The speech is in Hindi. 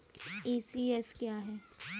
ई.सी.एस क्या है?